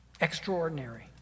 extraordinary